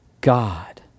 God